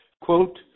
Quote